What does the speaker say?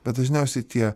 bet dažniausiai tie